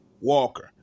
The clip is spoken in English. Walker